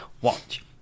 watch